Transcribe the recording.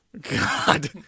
God